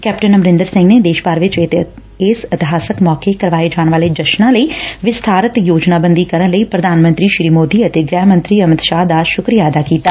captain Amarinder Singh ਨੇ ਦੇਸ਼ ਭਰ ਵਿੱਚ ਇਸ ਇਤਿਹਾਸਕ ਮੌਕੇ ਕਰਵਾਏ ਜਾਣ ਵਾਲੇ ਜਸ਼ਨਾਂ ਲਈ ਵਿਸਬਾਰਤ ਯੋਜਨਾਬੰਦੀ ਕਰਨ ਲਈ ਪ੍ਰਧਾਨ ਮੰਤਰੀ ਅਤੇ ਗ੍ਹਿ ਮੰਤਰੀ ਅਮਿਤ ਸ਼ਾਹ ਦਾ ਧੰਨਵਾਦ ਕੀਤਾ